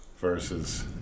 versus